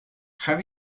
have